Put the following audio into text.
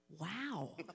Wow